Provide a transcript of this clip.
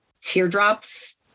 teardrops